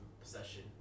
possession